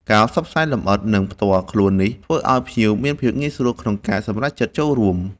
ការផ្សព្វផ្សាយលំអិត និងផ្ទាល់ខ្លួននេះធ្វើឲ្យភ្ញៀវមានភាពងាយស្រួលក្នុងការសម្រេចចិត្តចូលរួម